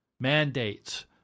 mandates